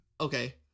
okay